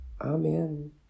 Amen